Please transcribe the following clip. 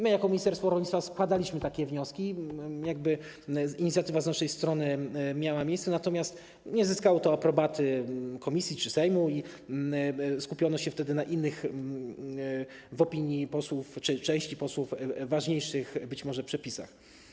My jako ministerstwo rolnictwa składaliśmy takie wnioski, inicjatywa z naszej strony miała miejsce, natomiast nie zyskało to aprobaty komisji czy Sejmu i skupiono się wtedy na innych - w opinii posłów czy części posłów być może ważniejszych - przepisach.